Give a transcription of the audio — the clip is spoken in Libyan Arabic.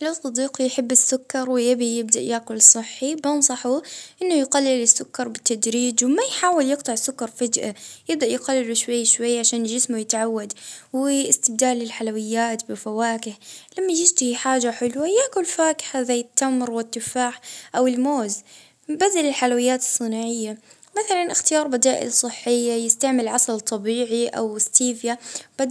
يبدل السكر بالحاجات الطبيعية زي الفواكه يحاول ينجص الكمية تدريجيا، وما يحرمش روحه باش ما تصيرش انتكاسة يركز على الوجبات المتوازنة باش يقلل من رغبة في